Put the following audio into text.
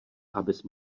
abys